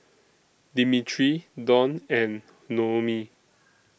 Dimitri Donn and Noemie